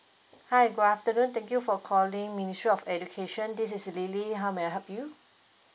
hi good afternoon thank you for calling ministry of education this is lily how may I help you